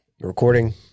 Recording